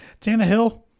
Tannehill